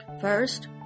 First